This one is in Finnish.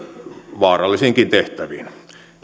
vaarallisiinkin tehtäviin